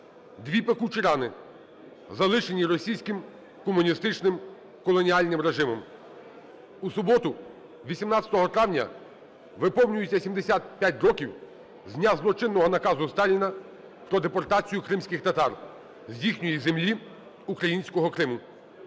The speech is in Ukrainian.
дві пекучі рани, залишені російським комуністичним колоніальним режимом. В суботу 18 травня виповнюється 75 років з дня злочинного наказу Сталіна про депортацію кримських татар з їхньої землі - українського Криму.